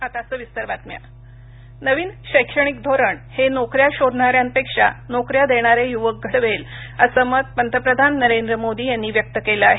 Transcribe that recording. hackathon नवीन शैक्षणिक धोरण हे नोकऱ्या शोधणाऱ्यांपेक्षा नोकऱ्या देणारे युवक घडवेल असं मत पंतप्रधान नरेंद्र मोदी यांनी व्यक्त केलं आहे